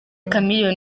chameleone